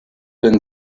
been